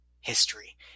history